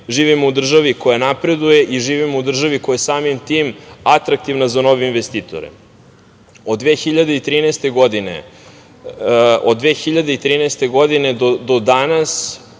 živimo u državi koja napreduje i živimo u državi koja je samim tim atraktivna za nove investitore. Od 2013. godine do danas